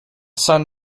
son